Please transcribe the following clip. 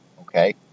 Okay